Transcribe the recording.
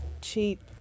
Cheap